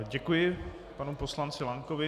Děkuji panu poslanci Lankovi.